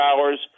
hours